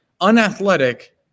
unathletic